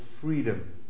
freedom